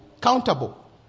Countable